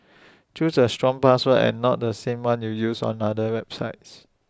choose A strong password and not the same one you use on other websites